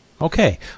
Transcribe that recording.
Okay